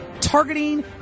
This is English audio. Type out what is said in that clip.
targeting